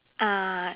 ah